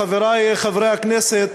חברי חברי הכנסת,